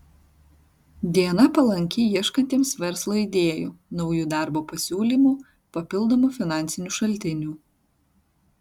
diena palanki ieškantiems verslo idėjų naujų darbo pasiūlymų papildomų finansinių šaltinių